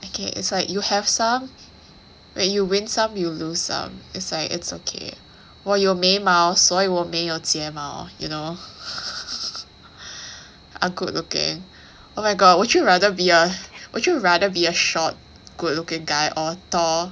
okay it's like you have some wait you win some you lose some is like it's okay 我有眉毛所以我没有睫毛 you know are good looking oh my god would you rather be a would you rather be a short good looking guy or tall